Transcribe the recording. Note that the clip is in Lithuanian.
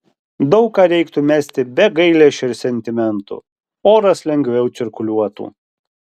daug ką reiktų mesti be gailesčio ir sentimentų oras lengviau cirkuliuotų